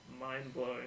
mind-blowing